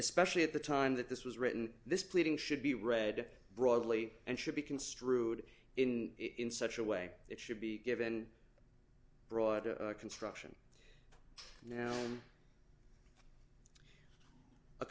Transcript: especially at the time that this was written this pleading should be read broadly and should be construed in it in such a way it should be given broader construction now a